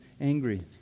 angry